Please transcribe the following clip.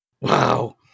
Wow